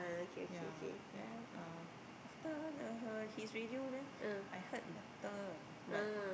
yea then uh after the her his radio then I heard better but